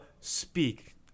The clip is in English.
speak